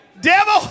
Devil